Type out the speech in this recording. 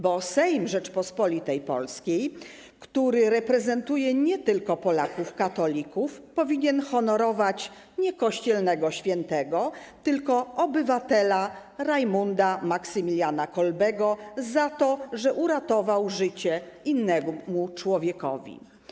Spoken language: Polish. Bo Sejm Rzeczypospolitej Polskiej, który reprezentuje nie tylko Polaków katolików, powinien honorować nie kościelnego świętego, tylko obywatela Rajmunda Maksymiliana Kolbego za to, że uratował życie innemu człowiekowi.